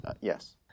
Yes